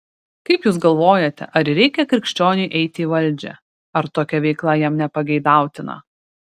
kaip jūs galvojate ar reikia krikščioniui eiti į valdžią ar tokia veikla jam nepageidautina